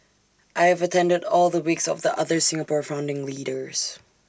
I have attended all the wakes of the other Singapore founding leaders